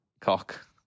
cock